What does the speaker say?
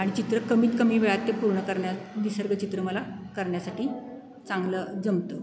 आणि चित्र कमीत कमी वेळात ते पूर्ण करण्यात निसर्ग चित्र मला करण्यासाठी चांगलं जमतं